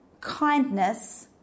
kindness